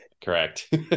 Correct